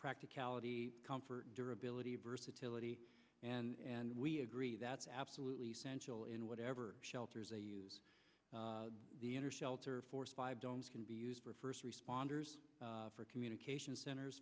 practicality comfort durability versatility and we agree that's absolutely essential in whatever shelters they use the enter shelter force five dogs can be used for first responders for communication centers